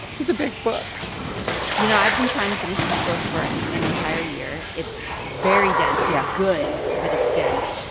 is a big book you know, i've been trying to finish this book for an and entire year. it's very dense yeah it's good, but it's dense.